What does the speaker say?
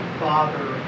father